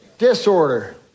disorder